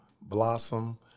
blossom –